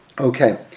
Okay